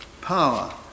Power